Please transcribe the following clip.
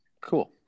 cool